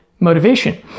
Motivation